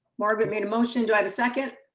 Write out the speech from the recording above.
marvin made a motion, do i have a second?